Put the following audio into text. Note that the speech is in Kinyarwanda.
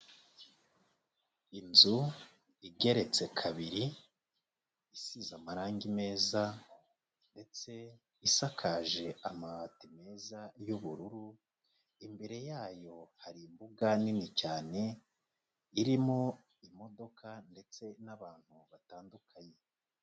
Inzu igeretse kabiri, isize amarangi meza ndetse isakaje amabati meza y'ubururu, imbere yayo hari imbuga nini cyane irimo imodoka ndetse n'abantu batandukanye.